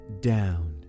down